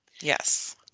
Yes